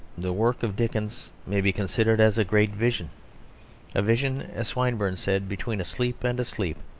the work of dickens may be considered as a great vision a vision, as swinburne said, between a sleep and a sleep.